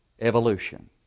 evolution